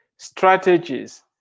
strategies